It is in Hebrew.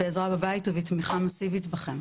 בעזרה בבית ובתמיכה מאסיבית בכם.